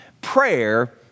Prayer